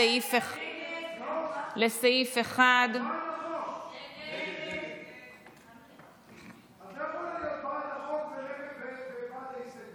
לסעיף 1. את לא יכולה להיות בעד החוק ובעד ההסתייגות.